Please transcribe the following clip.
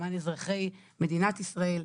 למען אזרחי מדינת ישראל.